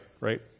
right